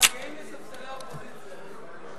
הם מתגעגעים לספסלי האופוזיציה.